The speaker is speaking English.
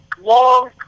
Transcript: long